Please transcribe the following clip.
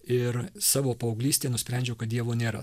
ir savo paauglystėj nusprendžiau kad dievo nėra